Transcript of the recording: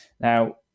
Now